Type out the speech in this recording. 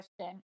question